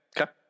okay